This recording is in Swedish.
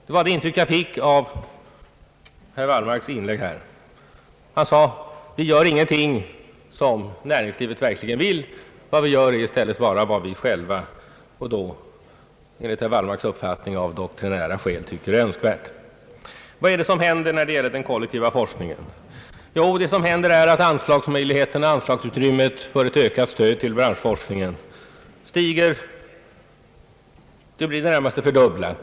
Det var det intryck jag fick av herr Wallmarks anförande. Han sade att vi inte gör någonting av vad näringslivet verkligen vill. Det enda vi gjorde är vad vi själva vill — enligt herr Wallmarks uppfattning av doktrinära skäl. Vad är det som händer när det gäller den kollektiva forskningen? Det som händer är att anslagsutrymmet för stöd till branschforskningen blir i det när maste fördubblat.